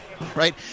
right